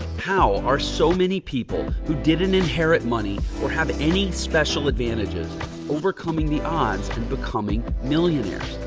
how are so many people who didn't inherit money or have any special advantages overcoming the odds and becoming millionaires?